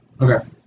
Okay